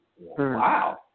wow